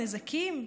הנזקים,